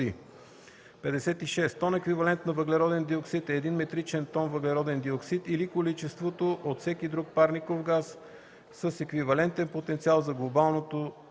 56. „Тон еквивалент на въглероден диоксид” е един метричен тон въглероден диоксид (СО2) или количество от всеки друг парников газ с еквивалентен потенциал за глобално